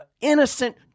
innocent